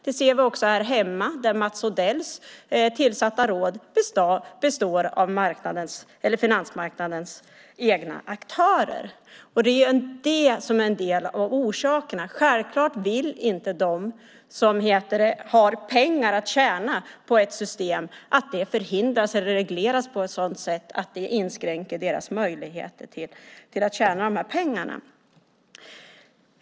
Det ser vi också här hemma, där Mats Odells tillsatta råd består av finansmarknadens egna aktörer. Det är en av orsakerna. Självklart vill inte de som har pengar att tjäna på ett system att det förhindras eller regleras på ett sådant sätt att det inskränker deras möjligheter att tjäna dessa pengar.